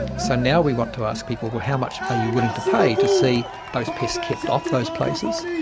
so now we want to ask people, well, how much are you willing to pay to see those pests kept off those places,